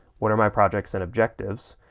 what are my projects and objectives,